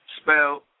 Spell